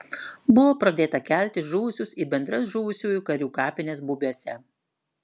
buvo pradėta kelti žuvusius į bendras žuvusiųjų karių kapines bubiuose